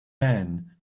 man